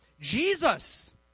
Jesus